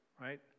right